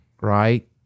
right